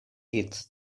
its